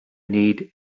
need